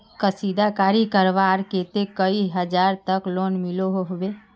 कशीदाकारी करवार केते कई हजार तक लोन मिलोहो होबे?